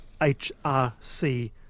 hrc